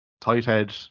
tight-head